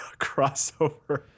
crossover